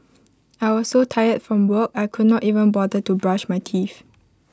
I was so tired from work I could not even bother to brush my teeth